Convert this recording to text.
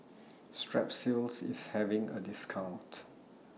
Strepsils IS having A discount